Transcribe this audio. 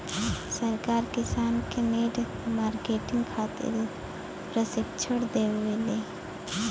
सरकार किसान के नेट मार्केटिंग खातिर प्रक्षिक्षण देबेले?